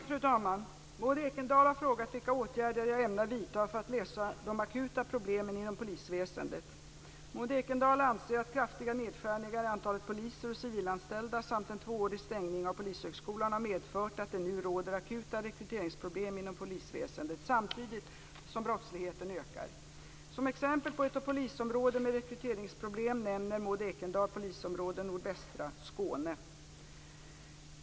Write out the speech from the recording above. Fru talman! Maud Ekendahl har frågat vilka åtgärder jag ämnar vidta för att lösa de akuta problemen inom polisväsendet. Maud Ekendahl anser att kraftiga nedskärningar i antalet poliser och civilanställda samt en tvåårig stängning av Polishögskolan har medfört att det nu råder akuta rekryteringsproblem inom polisväsendet, samtidigt som brottsligheten ökar. Som exempel på ett polisområde med rekryteringsproblem nämner Maud Ekendahl Polisområde Nordvästra Skåne.